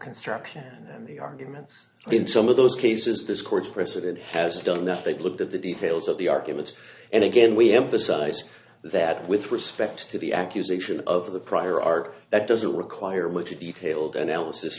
construction and the arguments in some of those cases this court's precedent has done that they've looked at the details of the arguments and again we emphasize that with respect to the accusation of the prior art that doesn't require much detailed analysis